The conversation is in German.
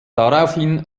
daraufhin